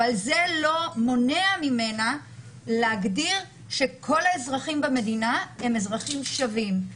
אבל זה לא מונע ממנה להגדיר שכל האזרחים במדינה הם אזרחים שווים.